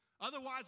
Otherwise